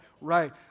right